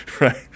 right